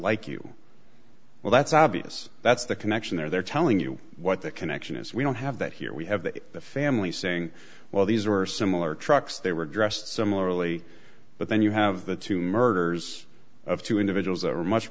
like you well that's obvious that's the connection there they're telling you what the connection is we don't have that here we have the family saying well these are similar trucks they were dressed similarly but then you have the two murders of two individuals that are much